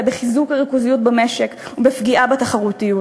בחיזוק הריכוזיות במשק ובפגיעה בתחרותיות.